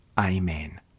Amen